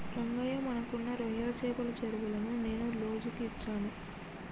రంగయ్య మనకున్న రొయ్యల చెపల చెరువులను నేను లోజుకు ఇచ్చాను